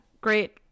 great